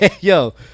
Yo